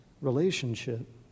relationship